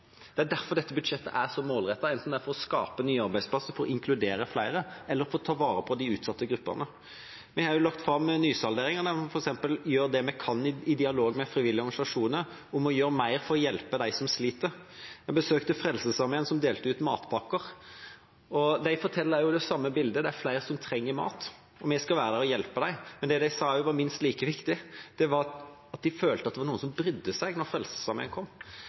Det er derfor dette budsjettet er så målrettet, enten det er for å skape nye arbeidsplasser for å inkludere flere eller for å ta vare på de utsatte gruppene. Vi har også lagt fram nysalderingen, der vi f.eks. gjør det vi kan i dialog med frivillige organisasjoner for å gjøre mer for å hjelpe dem som sliter. Jeg besøkte Frelsesarmeen, som delte ut matpakker, og de fortalte det samme: Det er flere som trenger mat. Vi skal være der og hjelpe dem. Men det de også sa, som var minst like viktig, var at folk følte at det var noen som brydde seg når